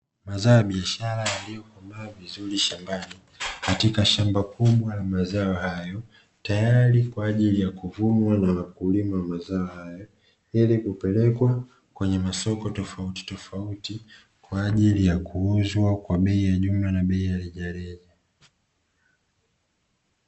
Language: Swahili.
Mazao ya biashara yaliomea vizuri shambani katika shamba kubwa la mazao haya tayari kwa ajili ya kuvunwa na wakulima wa mazao haya, ili kupelekwa kwenye masoko tofauti tofauti kwa ajili ya kuuzwa kwa bei ya jumla na bei ya rejereja.